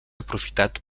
aprofitat